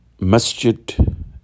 Masjid